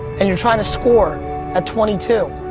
and you're trying to score at twenty two.